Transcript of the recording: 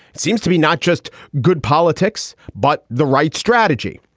seems to be not just good politics, but the right strategy.